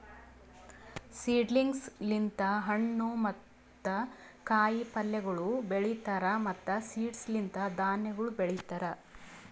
seedlings ಲಿಂತ್ ಹಣ್ಣು ಮತ್ತ ಕಾಯಿ ಪಲ್ಯಗೊಳ್ ಬೆಳೀತಾರ್ ಮತ್ತ್ ಸೀಡ್ಸ್ ಲಿಂತ್ ಧಾನ್ಯಗೊಳ್ ಬೆಳಿತಾರ್